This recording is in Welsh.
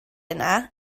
yna